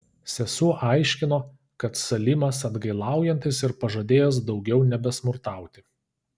sesuo aiškino kad salimas atgailaujantis ir pažadėjęs daugiau nebesmurtauti